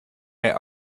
their